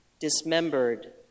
dismembered